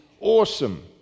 awesome